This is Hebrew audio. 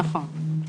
נכון.